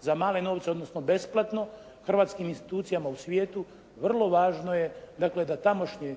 za male novce, odnosno besplatno hrvatskim institucijama u svijetu. Vrlo važno je dakle da tamošnje